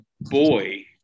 boy